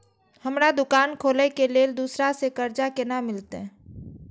हमरा दुकान खोले के लेल दूसरा से कर्जा केना मिलते?